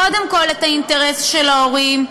קודם כול את האינטרס של ההורים,